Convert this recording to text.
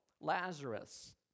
Lazarus